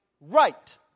right